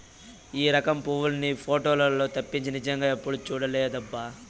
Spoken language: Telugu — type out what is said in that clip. ఈ రకం పువ్వుల్ని పోటోలల్లో తప్పించి నిజంగా ఎప్పుడూ చూడలేదబ్బా